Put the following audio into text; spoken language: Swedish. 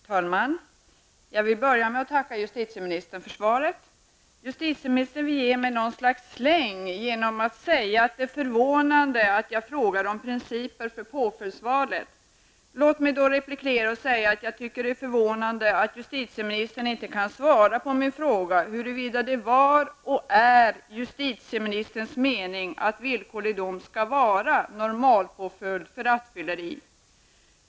Herr talman! Jag vill börja med att tacka justitieministern för svaret. Justitieministern vill ge mig något slags släng genom att säga att det är förvånande att jag frågar om principer för påföljdsvalet. Låt mig då replikera och säga att jag tycker att det är förvånande att justitieministern inte kan svara på min fråga huruvida det var och är justitieministerns mening att villkorlig dom skall vara normalpåföljd för rattfylleribrott.